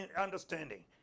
understanding